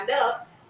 up